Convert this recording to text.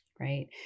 Right